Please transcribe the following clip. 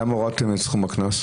ולמה הורדתם את סכום הקנס?